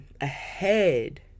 ahead